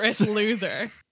loser